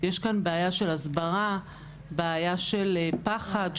יש כאן בעיה של הסברה בעיה של פחד,